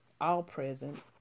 all-present